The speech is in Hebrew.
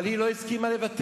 אבל היא לא הסכימה לוותר.